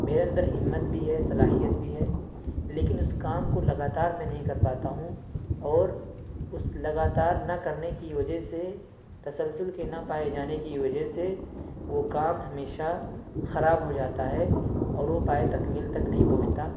میرے اندر ہمت بھی ہے صلاحیت بھی ہے لیکن اس کام کو لگاتار میں نہیں کر پاتا ہوں اور اس لگاتار نہ کرنے کی وجہ سے تسلسل کے نہ پائے جانے کی وجہ سے وہ کام ہمیشہ خراب ہوجاتا ہے اور وہ پایہ تکمیل تک نہیں پہنچتا